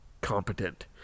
competent